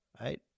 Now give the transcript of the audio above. Right